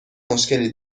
مشکلی